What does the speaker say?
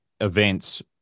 events